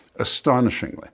Astonishingly